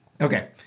Okay